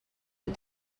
but